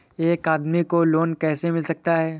एक आदमी को लोन कैसे मिल सकता है?